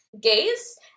gaze